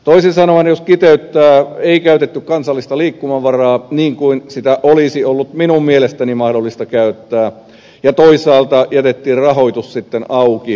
toisin sanoen jos kiteyttää ei käytetty kansallista liikkumavaraa niin kuin sitä olisi ollut minun mielestäni mahdollista käyttää ja toisaalta jätettiin rahoitus auki